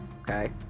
Okay